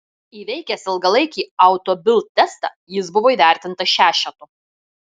įveikęs ilgalaikį auto bild testą jis buvo įvertintas šešetu